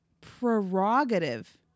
prerogative